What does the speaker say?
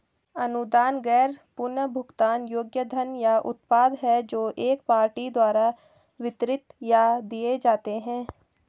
अनुदान गैर पुनर्भुगतान योग्य धन या उत्पाद हैं जो एक पार्टी द्वारा वितरित या दिए जाते हैं